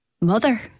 mother